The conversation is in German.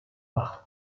acht